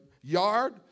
yard